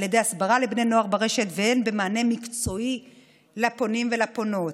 ידי הסברה לבני נוער ברשת והן במענה מקצועי לפונים ולפונות.